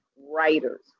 writers